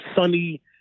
sunny